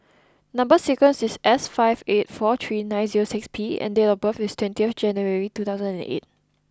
number sequence is S five eight four three nine zero six P and date of birth is twenty January two thousand and eight